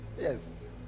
yes